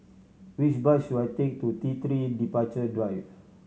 which bus should I take to T Three Departure Drive